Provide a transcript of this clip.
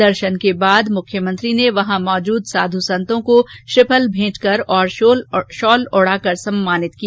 दर्शन के बाद मुख्यमंत्री ने वहां मौजूद साध्र संतों का श्रीफल भेंटकर और शॉल ओढाकर सम्मानित किया